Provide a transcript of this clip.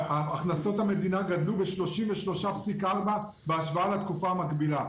הכנסות המדינה גדלו ב-33.4 בהשוואה לתקופה המקבילה.